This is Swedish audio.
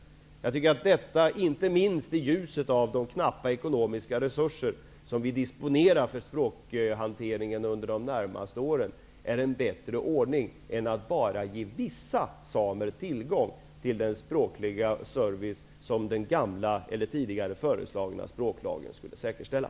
Inte minst mot bakgrund av de knappa ekonomiska resurser som vi disponerar för språkhanteringen under de närmaste åren anser jag att detta är en bättre ordning än att ge bara vissa samer tillgång till den språkliga service som den tidigare föreslagna språklagen skulle säkerställa.